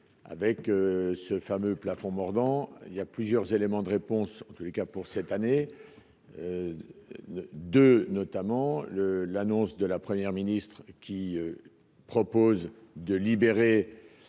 avec ce fameux plafond mordant, il y a plusieurs éléments de réponse en tous les cas pour cette année deux notamment le l'annonce de la première ministre qui propose de libérer